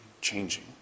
changing